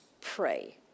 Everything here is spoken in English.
pray